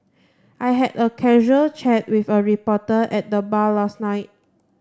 I had a casual chat with a reporter at the bar last night